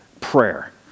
prayer